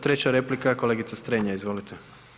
Treća replika je kolegice Strenja, izvolite.